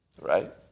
right